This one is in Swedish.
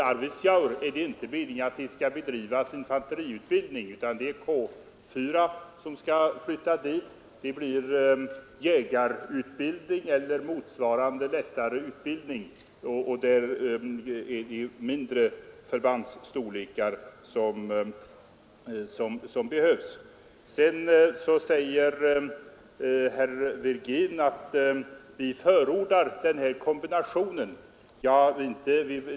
I Arvidsjaur är det inte meningen att det skall bedrivas sådan infanteriutbildning, utan det är K 4 som skall flytta dit. Det blir jägarutbildning eller lättare utbildning och det är fråga om mindre förbandsstorlekar. Vidare säger herr Virgin att vi förordar kombinationen med grundutbildningsoch repetitionsutbildningsförband.